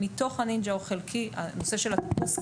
מרכיב מתוך הנינג'ה שכן מוסדר הוא הנושא של הטיפוס,